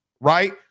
right